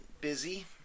busy